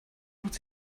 macht